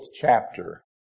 chapter